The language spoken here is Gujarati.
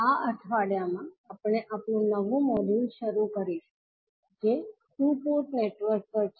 આ અઠવાડિયામાં આપણે આપણું નવું મોડ્યુલ શરૂ કરીશું જે ટુ પોર્ટ નેટવર્ક પર છે